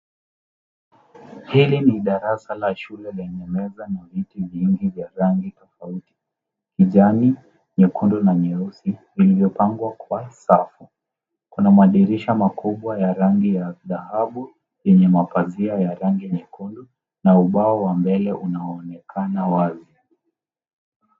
Hili ni darasa la shule lenye meza na viti vya rangi tofauti kijani, nyekundu na nyeusi iliyopangwa kwa safu. Kuna madirisha makubwa ya rangi ya dhahabu yenye mapazia ya rangi nyekundu na ubao wa mbele unaonekana wazi.